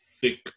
thick